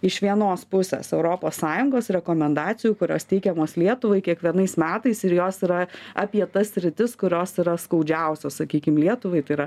iš vienos pusės europos sąjungos rekomendacijų kurios teikiamos lietuvai kiekvienais metais ir jos yra apie tas sritis kurios yra skaudžiausios sakykim lietuvai tai yra